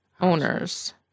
owners